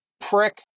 prick